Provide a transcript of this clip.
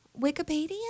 Wikipedia